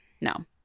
No